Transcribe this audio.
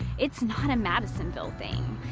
it's not a madisonville thing,